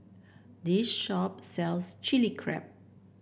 this shop sells Chili Crab